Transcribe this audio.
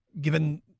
given